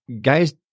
guys